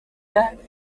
that